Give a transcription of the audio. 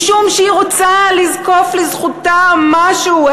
משום שהיא רוצה לזקוף לזכותה משהו,